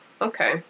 Okay